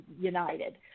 united